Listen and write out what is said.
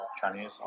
Chinese